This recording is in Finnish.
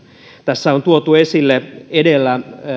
tässä on tuotu esille edellä